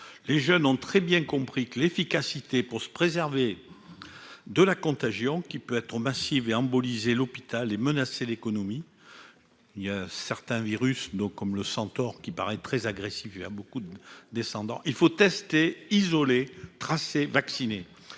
les jeunes ont très bien compris que l'efficacité pour se préserver de la contagion qui peut être massive et Ambos lisez l'hôpital et l'économie, il y a certains virus, donc comme le centaure qui paraît très agressif, beaucoup de descendants. Il faut tester isolé tracé vacciner,